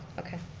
okay.